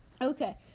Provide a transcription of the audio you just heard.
Okay